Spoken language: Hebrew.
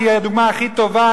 כי היא הדוגמה הכי טובה,